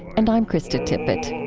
and i'm krista tippett